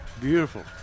Beautiful